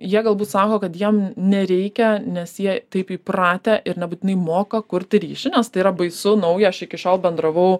jie galbūt sako kad jiem nereikia nes jie taip įpratę ir nebūtinai moka kurti ryšį nes tai yra baisu nauja aš iki šiol bendravau